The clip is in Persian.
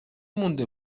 مونده